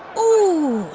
oh,